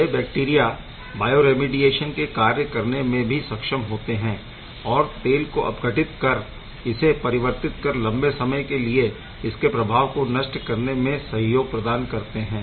यह bacteria bioremediation के कार्य करने में भी सक्षम होते है और तेल को विघटित कर इसे परिवर्तित कर लंबे समय के लिए इसके प्रभाव को नष्ट करने में सहयोग प्रदान करते है